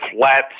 flat